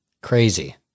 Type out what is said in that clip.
Crazy